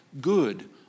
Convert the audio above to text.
good